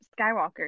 Skywalker